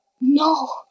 No